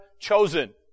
chosen